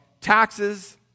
taxes